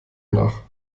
nach